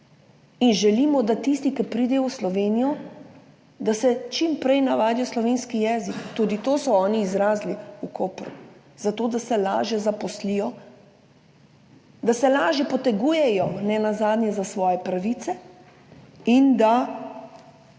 in želimo, da tisti, ki pridejo v Slovenijo, da se čim prej navadijo na slovenski jezik, tudi to so oni izrazili v Kopru, zato da se lažje zaposlijo, da se nenazadnje lažje potegujejo za svoje pravice in da